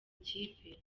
kipe